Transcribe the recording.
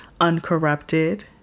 uncorrupted